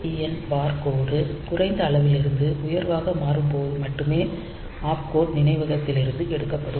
PSEN bar கோடு குறைந்த அளவிலிருந்து உயர்வாக மாறும் போது மட்டுமே ஆப்கோட் நினைவகத்தில் இருந்து எடுக்கப்படும்